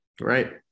right